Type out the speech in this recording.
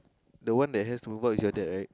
the one that has to move out is your dad right